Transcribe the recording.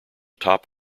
top